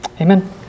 Amen